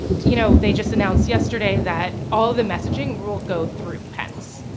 you know, they just announced, yesterday, that all the messaging will go through pence,